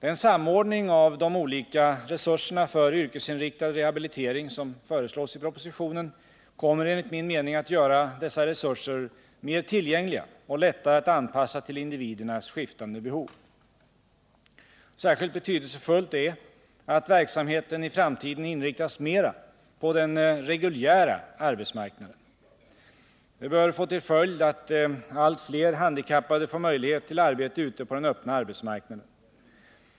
Den samordning av de olika resurserna för yrkesinriktad rehabilitering som föreslås i propositionen kommer enligt min mening att göra dessa resurser - mer tillgängliga och lättare att anpassa till individernas skiftande behov. Särskilt betydelsefullt är att verksamheten i framtiden inriktas mera på den reguljära arbetsmarknaden. Det bör få till följd att allt fler handikappade får möjlighet till arbete ute på den öppna arbetsmarknaden.